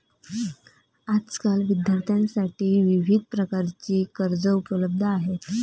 आजकाल विद्यार्थ्यांसाठी विविध प्रकारची कर्जे उपलब्ध आहेत